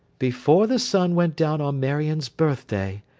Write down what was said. before the sun went down on marion's birth-day.